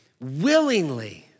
willingly